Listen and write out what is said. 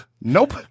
nope